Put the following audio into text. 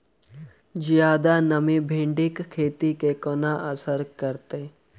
जियादा नमी भिंडीक खेती केँ कोना असर करतै?